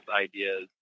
ideas